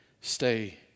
stay